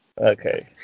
Okay